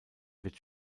wird